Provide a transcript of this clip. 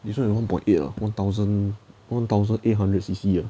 this [one] is one point eight ah one thousand one thousand eight hundred C_C ah